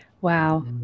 Wow